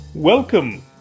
Welcome